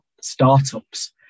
startups